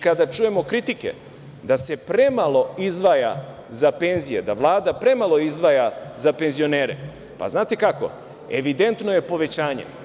Kada čujemo kritike da se premalo izdvaja za penzije, da Vlada premalo izdvaja za penzionere, pa znate kako, evidentno je povećanje.